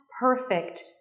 perfect